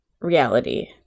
reality